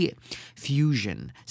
fusion